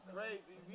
Crazy